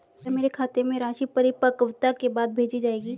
क्या मेरे खाते में राशि परिपक्वता के बाद भेजी जाएगी?